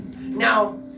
Now